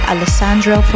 Alessandro